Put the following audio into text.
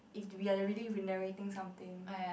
if we are already narrating something